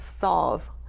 solve